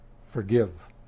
Forgive